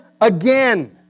again